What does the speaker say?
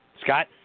Scott